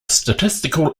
statistical